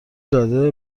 داده